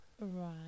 right